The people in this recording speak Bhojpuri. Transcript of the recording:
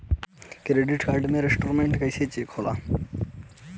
क्रेडिट कार्ड के स्टेटमेंट कइसे चेक होला?